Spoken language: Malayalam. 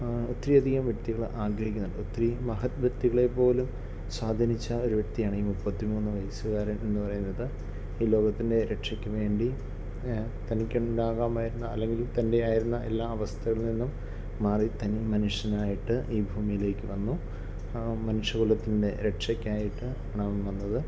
ഒത്തിരി അധികം വ്യക്തികൾ ആഗ്രഹിക്കുന്നുണ്ട് ഒത്തിരി മഹത്വ്യക്തികളെ പോലും സ്വാധീനിച്ച ഒരു വ്യക്തിയാണ് ഈ മുപ്പത്തി മൂന്ന് വയസ്സുകാരൻ എന്ന് പറയുന്നത് ഈ ലോകത്തിൻ്റെ രക്ഷയ്ക്ക് വേണ്ടി തനിക്കുണ്ടാകാമായിരുന്ന അല്ലെങ്കിൽ തൻ്റെ ആയിരുന്ന എല്ലാ അവസ്ഥകളിൽ നിന്നും മാറി തനി മനുഷ്യനായിട്ട് ഈ ഭൂമിയിലേക്ക് വന്നു മനുഷ്യ കുലത്തിൻ്റെ രക്ഷക്കായിട്ട് ആണ് അവൻ വന്നത്